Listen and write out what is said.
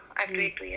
mm